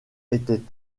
étaient